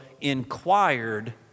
inquired